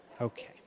Okay